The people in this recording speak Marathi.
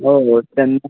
हो हो त्यांना